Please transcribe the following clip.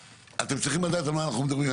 אתם צריכים לדעת על מה אנחנו מדברים.